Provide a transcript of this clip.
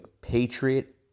Patriot